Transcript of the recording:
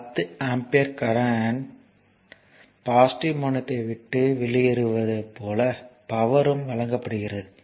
10 ampere current positive முனையத்தை விட்டு வெளியேறுவது போல பவர்யும் வழங்கப்படுகிறது